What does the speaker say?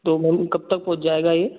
तो मैम कब तक पहुँच जाएगा यह